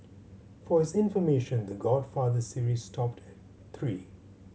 for his information The Godfather series stopped at three